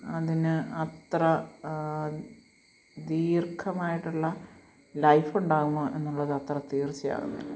അതിന് അത്ര ദീർഘമായിട്ടുള്ള ലൈഫ് ഉണ്ടാകുമോ എന്നുള്ളത് അത്ര തീർച്ചയാകുന്നില്ല